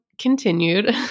continued